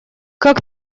как